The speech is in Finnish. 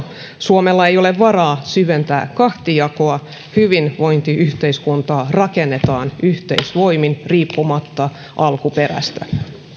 suomella ei ole varaa syventää kahtiajakoa hyvinvointiyhteiskunta rakennetaan yhteisvoimin riippumatta alkuperästä